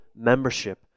membership